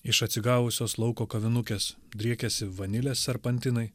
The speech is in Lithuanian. iš atsigavusios lauko kavinukės driekiasi vanilės serpantinai